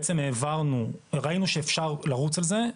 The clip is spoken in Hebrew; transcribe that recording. בעצם ראינו שאפשר לרוץ על זה,